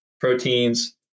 proteins